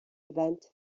event